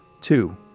Two